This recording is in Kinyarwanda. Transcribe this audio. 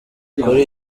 kuri